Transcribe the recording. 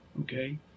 okay